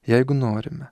jeigu norime